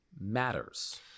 matters